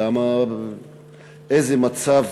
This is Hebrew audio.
באיזה מצב